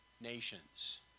nations